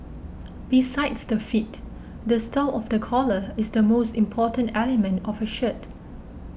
besides the fit the style of the collar is the most important element of a shirt